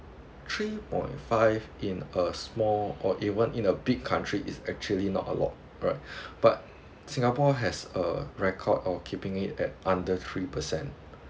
three point five in a small or even in a big country is actually not a lot but but singapore has a record of keeping it at under three percent